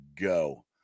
go